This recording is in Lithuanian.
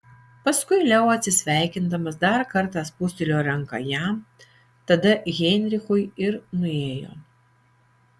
paskui leo atsisveikindamas dar kartą spustelėjo ranką jam tada heinrichui ir nuėjo